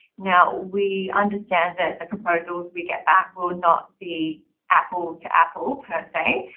now we understand that the proposals we get back will not be apple to apple per se.